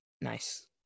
nice